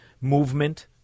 movement